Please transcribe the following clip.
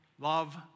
love